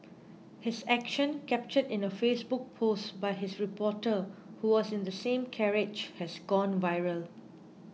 his action captured in a Facebook post by this reporter who was in the same carriage has gone viral